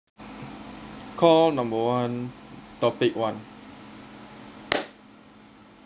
call number one topic one